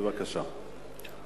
בבקשה.